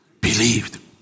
Believed